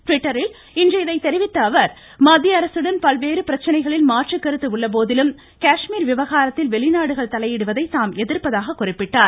ட்விட்டரில் இன்று இதை தெரிவித்த அவர் மத்திய அரசுடன் பல்வேறு பிரச்சினைகளில் மாற்றுக்கருத்து உள்ள போதிலும் காஷ்மீர் பிரச்சினையில் வெளிநாடுகள் தலையிடுவதை தாம் எதிர்ப்பதாக குறிப்பிட்டார்